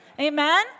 Amen